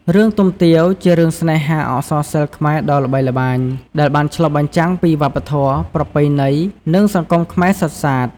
រឿងទុំទាវ ជារឿងស្នេហាអក្សរសិល្ប៍ខ្មែរដ៏ល្បីល្បាញ ដែលបានឆ្លុះបញ្ចាំងពីវប្បធម៌ ប្រពៃណី និងសង្គមខ្មែរសុទ្ធសាធ។